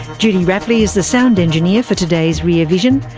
judy rapley is the sound engineer for today's rear vision.